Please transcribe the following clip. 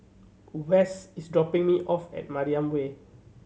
West is dropping me off at Mariam Way